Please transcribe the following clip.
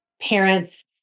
parents